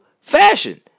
fashion